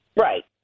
Right